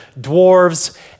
dwarves